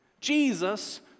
Jesus